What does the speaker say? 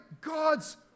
God's